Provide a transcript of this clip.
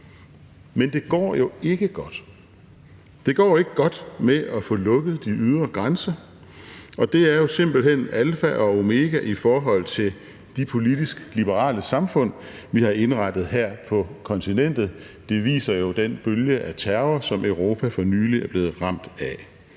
Men det går jo ikke godt. Det går ikke godt med at få lukket de ydre grænser, og det er jo simpelt hen alfa og omega i forhold til de politisk liberale samfund, vi har indrettet her på kontinentet. Det viser den bølge af terror, som Europa jo for nylig er blevet ramt af.